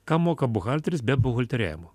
ką moka buhalteris be buhalteriavimo